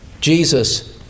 Jesus